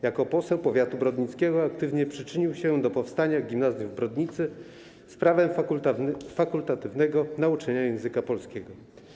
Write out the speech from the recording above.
Jako poseł powiatu brodnickiego aktywnie przyczynił się do powstania gimnazjum w Brodnicy z prawem fakultatywnego nauczania języka polskiego.